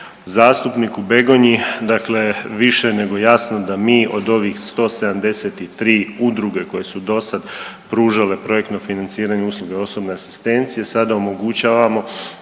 Zastupniku Begonji, dakle više nego jasno da mi od ovih 173 udruge koje su dosada pružale projektno financiranje usluge osobne asistencije sada omogućavamo